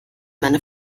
meine